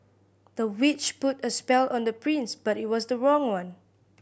the witch put a spell on the prince but it was the wrong one